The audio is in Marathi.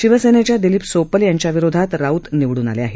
शिवसेनेच्या दिलीप सोपल यांच्याविरोधात राऊत निवडून आले आहेत